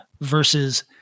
versus